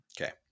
Okay